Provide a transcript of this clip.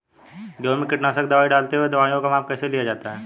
गेहूँ में कीटनाशक दवाई डालते हुऐ दवाईयों का माप कैसे लिया जाता है?